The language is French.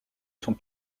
sont